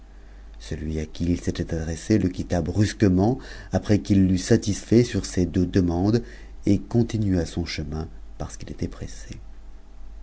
celui à qui il s'était adressé le quitta brusquement qu'il l'eut satisfait sur ces deux demandes et continua son chemin mt ce qu'il était pressé